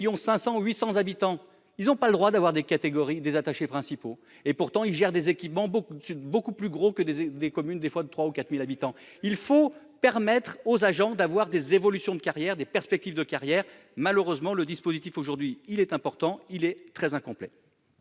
qui ont 500 800 habitants, ils ont pas le droit d'avoir des catégories des attachés principaux et pourtant ils gèrent des équipements beaucoup de suite beaucoup plus gros que des des communes des fois de 3 ou 4000 habitants. Il faut permettre aux agents d'avoir des évolutions de carrière des perspectives de carrière, malheureusement le dispositif aujourd'hui il est important, il est très incomplet.